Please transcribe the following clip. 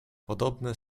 podobne